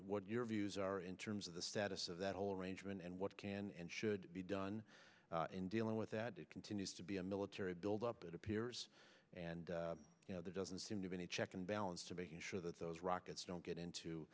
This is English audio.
what your views are in terms of the status of that whole arrangement and what can and should be done in dealing with that it continues to be a military buildup it appears and you know there doesn't seem to be any check and balance to making sure that those rockets don't get into